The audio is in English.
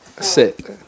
sit